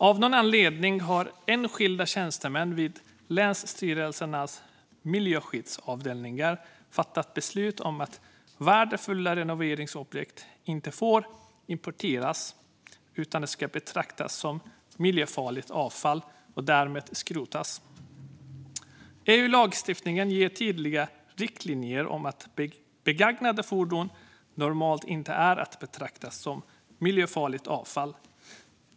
Av någon anledning har enskilda tjänstemän vid länsstyrelsernas miljöskyddsavdelningar fattat beslut om att värdefulla renoveringsobjekt inte får importeras utan ska betraktas som miljöfarligt avfall och därmed skrotas. EU-lagstiftningen ger tydliga riktlinjer om att begagnade fordon normalt inte ska betraktas som miljöfarligt avfall.